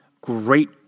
great